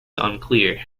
unclear